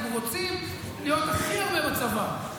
אנחנו רוצים להיות הכי הרבה בצבא,